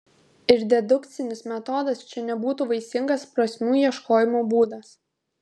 ir dedukcinis metodas čia nebūtų vaisingas prasmių ieškojimo būdas